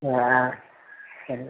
ആ ശരി ഓക്കെ